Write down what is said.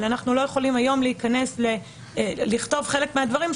אבל אנחנו לא יכולים היום לכתוב חלק מהדברים,